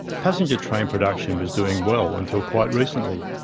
passenger train production was doing well until quite recently.